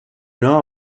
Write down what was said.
know